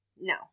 no